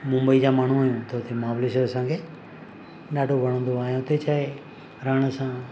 मुंबई जा माण्हू आहियूं त उते महाबलेश्वर असांखे ॾाढो वणंदो आहे ऐं उते छा आहे रहण सां